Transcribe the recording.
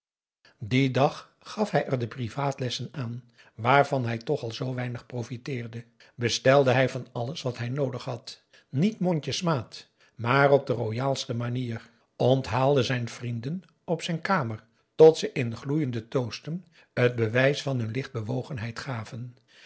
dien dag gaf hij er de privaatlessen aan waarvan hij toch al zoo weinig profiteerde bestelde hij van alles wat hij noodig had niet mondjesmaat maar op de royaalste manier onthaalde zijn vrienden op zijn kamer tot ze in gloeiende toasten het bewijs van hun licht bewogenheid gaven